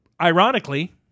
Ironically